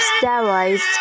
steroids